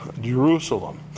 Jerusalem